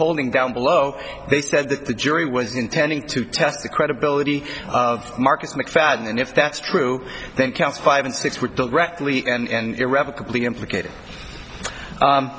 holding down below they said that the jury was intending to test the credibility of marcus mcfadden and if that's true then counts five and six were directly and irrevocably implicated